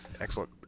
Excellent